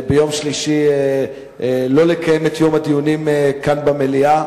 ביום שלישי לא לקיים את יום הדיונים כאן במליאה.